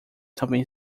também